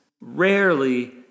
rarely